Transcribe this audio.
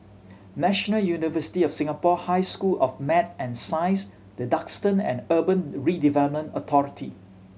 National University of Singapore High School of Math and Science The Duxton and Urban Redevelopment Authority